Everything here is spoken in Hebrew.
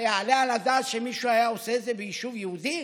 היעלה על הדעת שמישהו היה עושה את זה ביישוב יהודי,